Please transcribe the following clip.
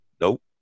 Nope